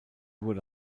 wurde